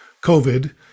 COVID